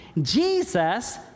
Jesus